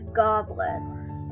goblets